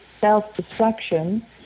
self-destruction